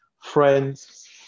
friends